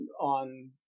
on